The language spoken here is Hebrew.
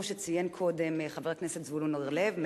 כמו שציין קודם חבר הכנסת זבולון אורלב,